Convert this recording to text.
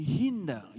hinder